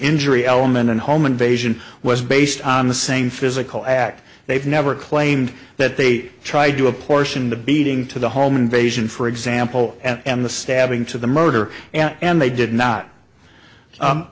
injury element and home invasion was based on the same physical act they've never claimed that they tried to apportion the beating to the home invasion for example and the stabbing to the murder and they did not